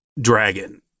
dragon